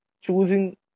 choosing